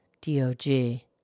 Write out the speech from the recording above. D-O-G